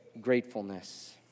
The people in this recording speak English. gratefulness